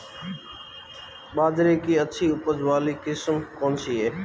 बाजरे की अच्छी उपज वाली किस्म कौनसी है?